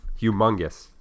humongous